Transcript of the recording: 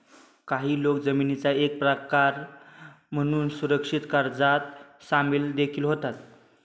काही लोक जामीनाचा एक प्रकार म्हणून सुरक्षित कर्जात सामील देखील होतात